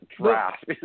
draft